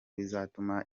bizatuma